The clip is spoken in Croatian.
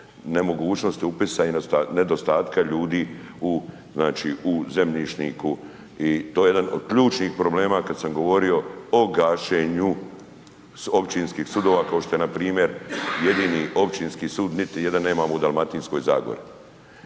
nemogućnosti upisa i nedostatka ljudi u znači u zemljišniku i to je jedan od ključnih problema kad sam govorio o gašenju općinskih sudova, kao što je npr. jedini općinski sud, niti jedan nemamo u Dalmatinskoj Zagori.